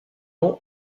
nom